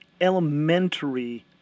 elementary